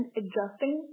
adjusting